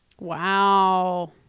Wow